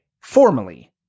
formally